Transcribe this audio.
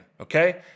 Okay